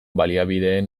baliabideen